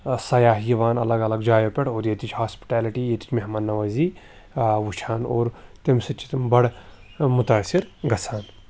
سیاح یِوان الگ الگ جایو پٮ۪ٹھ اور ییٚتِچ ہاسپٹیلِٹی ییٚتِچ مہمان نوٲزی وٕچھان اور تَمہِ سۭتۍ چھِ تِم بَڑٕ مُتٲثر گژھان